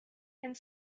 and